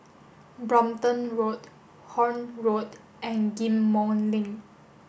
Brompton Road Horne Road and Ghim Moh Link